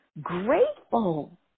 grateful